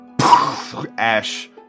Ash